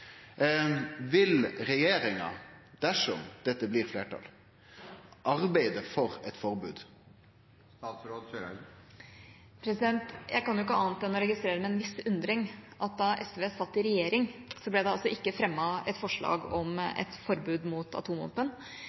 Vil regjeringa, dersom dette får fleirtal, arbeide for eit forbod? Jeg kan ikke annet enn å registrere med en viss undring at da SV satt i regjering, ble det ikke fremmet et forslag om et forbud mot